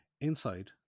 Inside